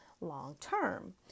long-term